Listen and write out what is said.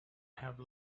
have